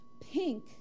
Pink